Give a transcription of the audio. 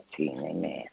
Amen